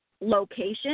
location